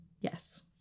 Yes